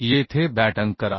येथे बॅटन करा